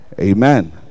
Amen